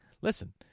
listen